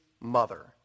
mother